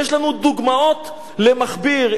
יש לנו דוגמאות למכביר,